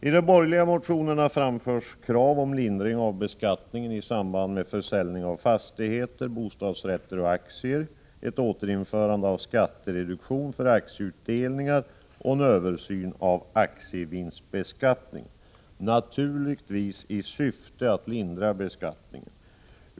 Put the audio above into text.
I de borgerliga motionerna framförs krav på lindring av beskattningen i samband med försäljning av fastigheter, bostadsrätter och aktier, ett återinförande av skattereduktionen för aktieutdelningar och en översyn av aktievinstbeskattningen — naturligtvis i syfte att lindra beskattningen.